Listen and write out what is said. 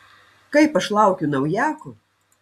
kaip aš laukiu naujako